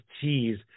cheese